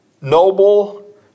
noble